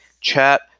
chat